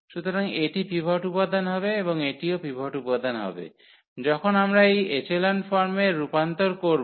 সুতরাং এটি পিভট উপাদান হবে এবং এটিও পিভট উপাদান হবে যখন আমরা এই এচেলন ফর্মে রূপান্তর করব